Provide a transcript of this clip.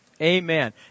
Amen